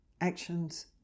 actions